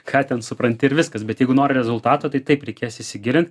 ką ten supranti ir viskas bet jeigu nori rezultato tai taip reikės įsigilint